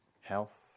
health